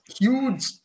huge